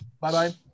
Bye-bye